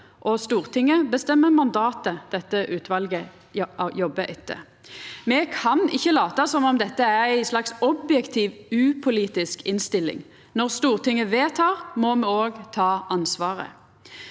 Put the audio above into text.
Stortinget bestemmer mandatet dette utvalet jobbar etter. Me kan ikkje lata som om dette er ei slags objektiv upolitisk innstilling. Når Stortinget vedtek, må me òg ta ansvaret.